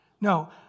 No